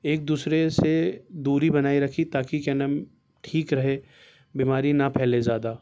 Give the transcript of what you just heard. ایک دوسرے سے دوری بنائے رکھی تاکہ کیا نام ٹھیک رہے بیماری نہ پھیلے زیادہ